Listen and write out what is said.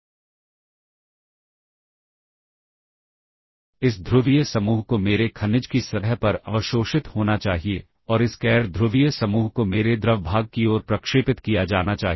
तो वह परेशान नहीं होना चाहिए और संदर्भ द्वारा कॉल का मतलब है कि मूल रजिस्टर प्रभावित होना चाहिए वे प्रभावित होना चाहिए